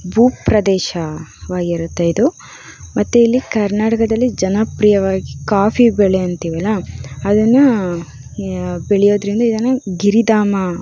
ಭೂಪ್ರದೇಶವಾಗಿರತ್ತೆ ಇದು ಮತ್ತು ಇಲ್ಲಿ ಕರ್ನಾಟಕದಲ್ಲಿ ಜನಪ್ರಿಯವಾಗಿ ಕಾಫಿ ಬೆಳೆ ಅಂತೀವಲ್ಲ ಅದನ್ನು ಬೆಳೆಯೋದ್ರಿಂದ ಇದನ್ನು ಗಿರಿಧಾಮ